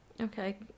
Okay